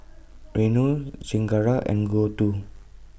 Renu Chengara and Gouthu